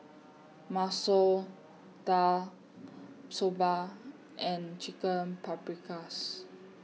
Masoor Dal Soba and Chicken Paprikas